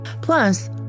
Plus